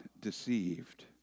deceived